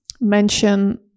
mention